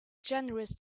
generous